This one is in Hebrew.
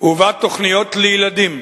ובה תוכניות לילדים,